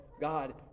God